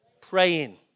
praying